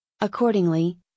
Accordingly